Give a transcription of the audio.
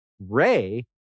Ray